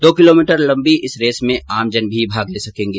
दो किलोमीटर लम्बी इस रेस में आमजन भी भाग ले सकेंगे